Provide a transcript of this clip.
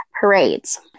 parades